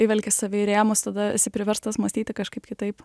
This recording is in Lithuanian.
įvelki save į rėmus tada esi priverstas mąstyti kažkaip kitaip